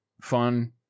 fun